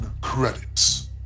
credits